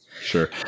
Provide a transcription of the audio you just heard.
Sure